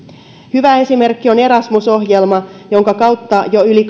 hyvä esimerkki on erasmus ohjelma jonka kautta jo yli